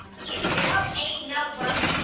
ok zero eight notebooks.